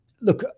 Look